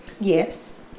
Yes